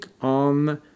on